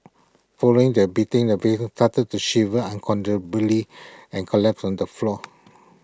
following the beating the victim started to shiver uncontrollably and collapsed on the floor